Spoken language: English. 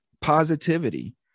positivity